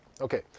Okay